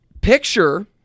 picture